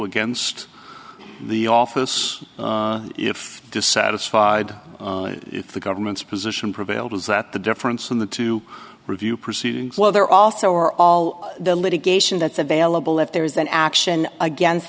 against the office if dissatisfied if the government's position prevailed is that the difference in the two review proceedings well there also are all the litigation that's available if there is an action against